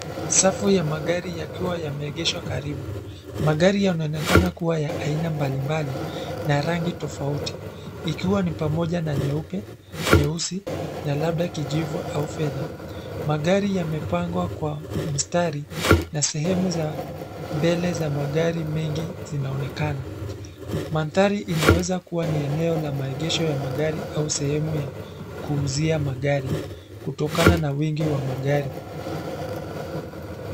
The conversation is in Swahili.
Safu ya magari yakiwa wameegeshwa karibu, magari yanaonekana kuwa ya aina mbalimbali na ya rangi tofauti ikiwa ni pamoja na nyeupe, nyeusi na labda kijivu au fedha. Magari yamepangwa kwa mstari na sehemu za mbele za magari mengi zinaonekana. Mandhari inaweza kuwa ni eneo la maegesho ya magari au sehemu ya kuuzia magari kutokana na wingi wa magari.